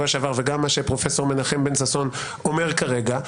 שעבר וגם מהדברים שפרופ' מנחם בן ששון אמר כרגע.